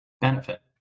benefit